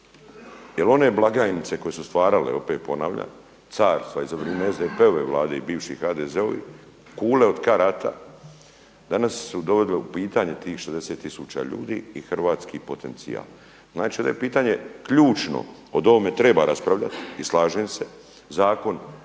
Jer one blagajnice koje su stvarale, opet ponavljam carstva i za vrijeme SDP-ove Vlade i bivših HDZ-ovih, kule od karata danas su dovele u pitanje tih 60000 ljudi i hrvatski potencijal. Znači da je pitanje ključno, o ovome treba raspravljati i slažem se. Zakon